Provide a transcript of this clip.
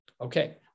Okay